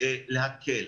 כ"ז באלול התש"ף,